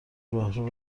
راهرو